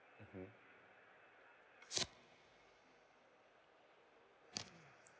mmhmm